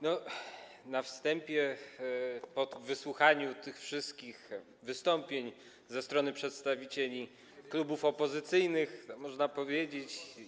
Na wstępie po wysłuchaniu tych wszystkich wystąpień ze strony przedstawicieli klubów opozycyjnych można powiedzieć.